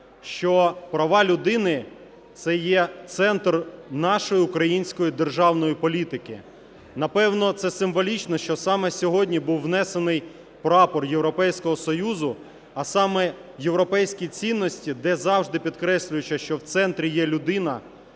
що права людини – це є центр нашої української державної політики. Напевно це символічно, що саме сьогодні був внесений прапор Європейського Союзу, а саме європейські цінності, де завжди підкреслюється, що в центрі є людина,